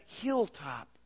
hilltop